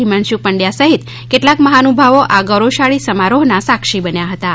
હિમાંશુ પંડ્યા સહિત કેટલાક મહાનુભાવો આ ગૌરવશાળી સમારોહના સાક્ષી બન્યા હતાં